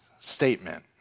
statement